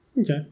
Okay